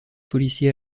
policier